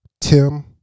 Tim